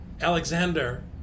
Alexander